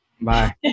Bye